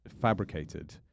fabricated